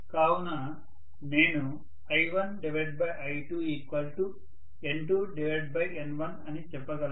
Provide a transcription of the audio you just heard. కావున నేను I1I2N2N1 అని చెప్పగలను